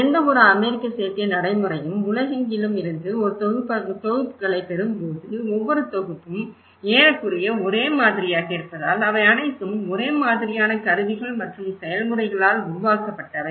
எந்தவொரு அமெரிக்க சேர்க்கை நடைமுறையும் உலகெங்கிலும் இருந்து ஒரு தொகுப்புகளைப் பெறும்போது ஒவ்வொரு தொகுப்பும் ஏறக்குறைய ஒரே மாதிரியாக இருப்பதால் அவை அனைத்தும் ஒரே மாதிரியான கருவிகள் மற்றும் செயல்முறைகளால் உருவாக்கப்பட்டவை